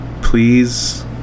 please